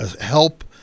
help